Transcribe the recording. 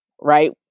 right